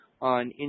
on